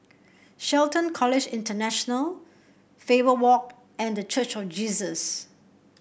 Shelton College International Faber Walk and The Church of Jesus